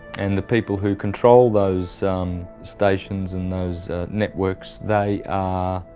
and the people who control those stations and those networks, they are